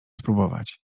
spróbować